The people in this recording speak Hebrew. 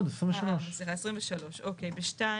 23. ב-2